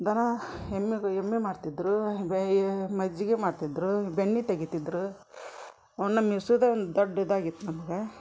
ದನ ಎಮ್ಮಿಗೆ ಎಮ್ಮಿ ಮಾಡ್ತಿದ್ದರು ಬೇಯಾ ಮಜ್ಗಿ ಮಾಡ್ತಿದ್ದರು ಬೆಣ್ಣೆ ತೆಗಿತಿದ್ದರು ಅವ್ನ ಮೀಸುದ ಒಂದು ದೊಡ್ಡ ಇದಾಗಿತ್ತು ನಮ್ಗೆ